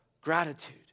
gratitude